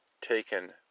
taken